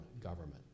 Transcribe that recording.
government